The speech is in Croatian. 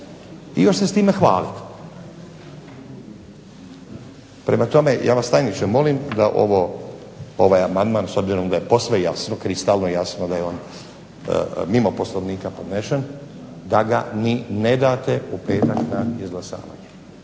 i još se s time hvalite. Prema tome, ja vas tajniče molim da ovaj amandman s obzirom da je posve kristalno jasno da je on mimo Poslovnika podnešen da ga ni ne date u petak na izglasavanje.